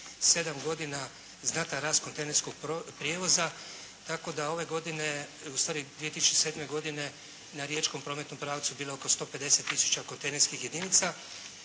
7 godina znatan rast kontejnerskog prijevoza tako da ove godine ustvari 2007. godine na riječkom prometnom pravcu bilo je oko 150 tisuća kontejnerskih jedinica